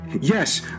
Yes